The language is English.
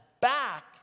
back